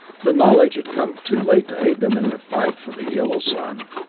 the knowledge had come too late to aid them in their fight for the yellow sun,